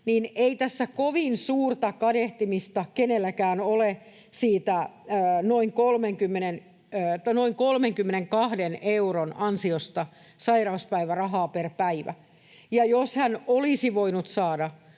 niin ei tässä kovin suurta kadehtimista kenelläkään ole siitä noin 32 euron ansiosta sairauspäivärahaa per päivä. Jos hän olisi voinut saada